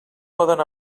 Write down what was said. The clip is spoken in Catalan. poden